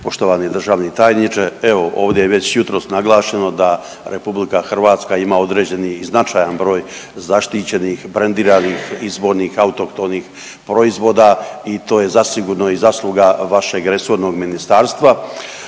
Poštovani državni tajniče, evo ovdje je već jutros naglašeno da RH ima određeni i značajan broj zaštićenih, brendiranih, izvornih, autohtonih proizvoda i to je zasigurno i zasluga vašeg resornog ministarstva.